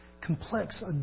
complex